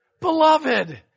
Beloved